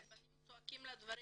ובנים צועקים לה דברים,